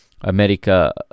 America